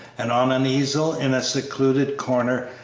and on an easel in a secluded corner,